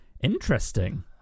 Interesting